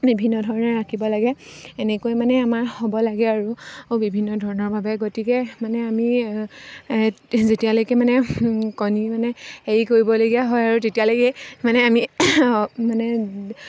বিভিন্ন ধৰণে ৰাখিব লাগে এনেকৈ মানে আমাৰ হ'ব লাগে আৰু বিভিন্ন ধৰণৰভাৱে গতিকে মানে আমি এই যেতিয়ালৈকে মানে কণী মানে হেৰি কৰিবলগীয়া হয় আৰু তেতিয়ালৈকে মানে আমি মানে